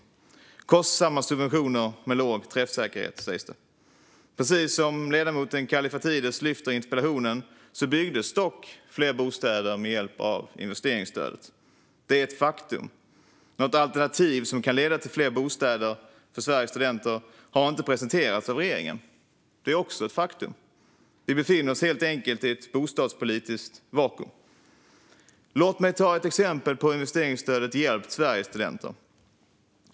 Det är kostsamma subventioner med låg träffsäkerhet, sägs det. Precis som ledamoten Kallifatides lyfter i interpellationen byggdes dock fler bostäder med hjälp av investeringsstödet. Det är ett faktum. Något alternativ som kan leda till fler bostäder för Sveriges studenter har inte presenterats av regeringen. Det är också ett faktum. Vi befinner oss helt enkelt i ett bostadspolitiskt vakuum. Låt mig ta ett exempel på hur investeringsstödet har hjälpt Sveriges studenter.